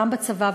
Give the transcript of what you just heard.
גם בצבא,